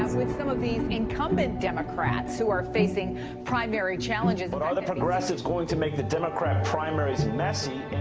with some of these incumbent democrats who are facing primary challenges. but are the progressives going to make the democrat primaries messy.